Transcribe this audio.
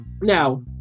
Now